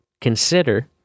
Consider